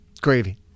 Gravy